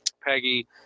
Peggy